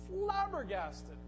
flabbergasted